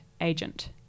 agent